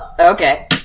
Okay